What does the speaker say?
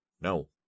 no